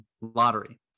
lottery